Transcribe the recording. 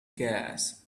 gas